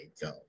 go